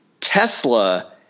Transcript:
Tesla